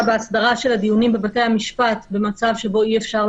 הדיונים שיתקיימו